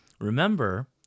Remember